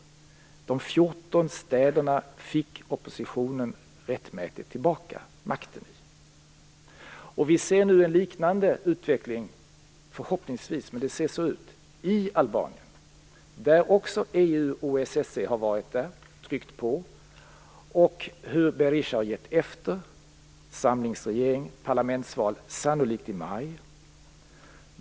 I de 14 städerna fick oppositionen rättmätigt tillbaka makten. Vi ser nu förhoppningsvis en liknande utveckling i Albanien, där också EU och OSSE har varit och tryckt på. Berisha har gett efter. Det blir samlingsregering och parlamentsval, sannolikt i maj.